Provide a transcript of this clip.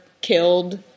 killed